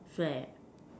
swear